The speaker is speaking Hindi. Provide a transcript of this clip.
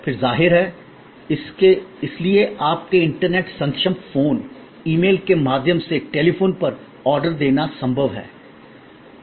फिर ज़ाहिर है इसलिए आपके इंटरनेट सक्षम फोन ईमेल के माध्यम से टेलीफोन पर आर्डर देना संभव है